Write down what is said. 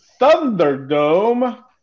Thunderdome